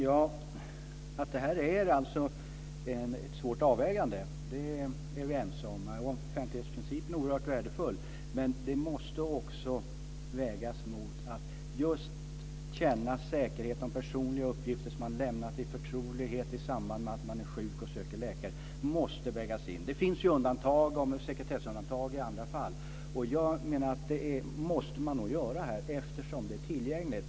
Fru talman! Det här är ett svårt avvägande, det är vi ense om. Offentlighetsprincipen är oerhört värdefull, men den måste också vägas mot just detta att kunna känna säkerhet när det gäller personliga uppgifter som man har lämnat i förtrolighet i samband med att man är sjuk och söker läkare. Det finns ju sekretessundantag i andra fall, och jag menar att man nog måste göra det här också eftersom det är tillgängligt.